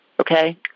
okay